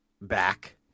back